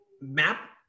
map